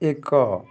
ଏକ